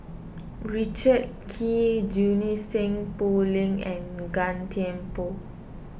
Richard Kee Junie Sng Poh Leng and Gan Thiam Poh